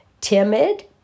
timid